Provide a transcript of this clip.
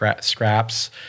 scraps